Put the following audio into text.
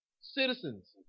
citizens